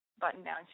button-down